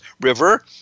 River